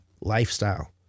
lifestyle